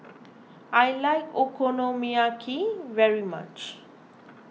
I like Okonomiyaki very much